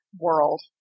world